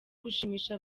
gushimisha